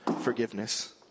forgiveness